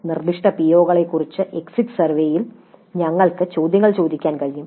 നിർദ്ദിഷ്ട പിഒകളെക്കുറിച്ച് എക്സിറ്റ് സർവേയിൽ ഞങ്ങൾക്ക് ചോദ്യങ്ങൾ ചോദിക്കാൻ കഴിയും